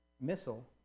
missile